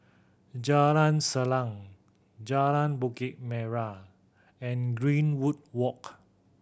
Jalan Salang Jalan Bukit Merah and Greenwood Walk